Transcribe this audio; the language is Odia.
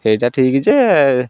ସେଇଟା ଠିକ୍ ଯେ